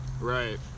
Right